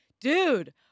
Dude